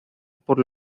por